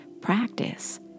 practice